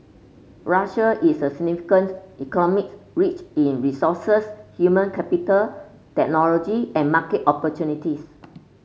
Russia is a significance economies rich in resources human capital technology and market opportunities